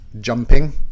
jumping